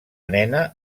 nena